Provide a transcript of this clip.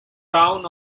town